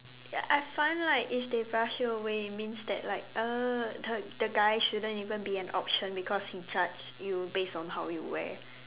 ya I find like if they brush you away it means that like uh the the guy shouldn't even be an option because he judge you based on how you wear